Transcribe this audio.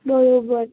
બરાબર